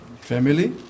Family